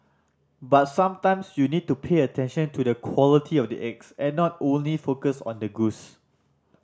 but sometimes you need to pay attention to the quality of the eggs and not closed focus on the goose